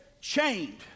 chained